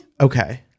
Okay